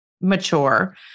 mature